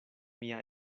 mia